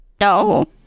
No